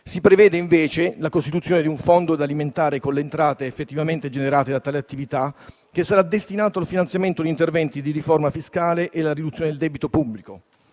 Si prevede, invece, la costituzione di un fondo, da alimentare con le entrate effettivamente generate da tale attività, che sarà destinato al finanziamento di interventi di riforma fiscale e alla riduzione del debito pubblico.